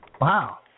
Wow